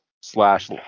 slash